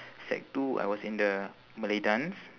sec two I was in the malay dance